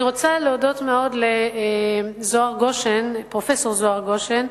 אני רוצה להודות מאוד לפרופסור זוהר גושן,